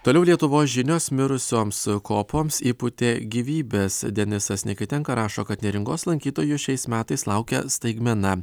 toliau lietuvos žinios mirusioms kopoms įpūtė gyvybės denisas nikitenka rašo kad neringos lankytojų šiais metais laukia staigmena